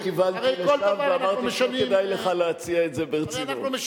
אני בדיוק כיוונתי לשם ואמרתי שלא כדאי לך להציע את זה ברצינות.